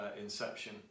inception